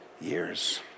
years